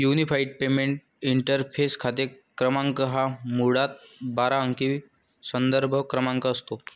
unified payments interface खाते क्रमांक हा मुळात बारा अंकी संदर्भ क्रमांक असतो